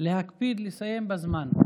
להקפיד לסיים בזמן.